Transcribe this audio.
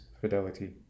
fidelity